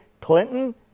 Clinton